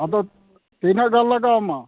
ᱟᱫᱚ ᱛᱤᱱᱟᱹᱜ ᱜᱟᱱ ᱞᱟᱜᱟᱣᱟᱢᱟ